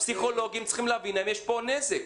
הפסיכולוגים צריכים להבין האם יש פה נזק,